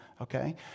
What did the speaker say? Okay